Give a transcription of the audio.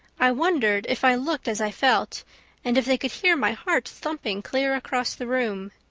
i wondered if i looked as i felt and if they could hear my heart thumping clear across the room.